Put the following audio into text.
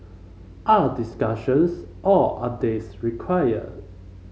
are discussions or updates required